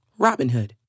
Robinhood